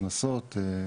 הכנסות,